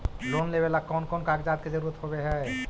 Loan लेबे ला कौन कौन कागजात के जरुरत होबे है?